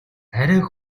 арай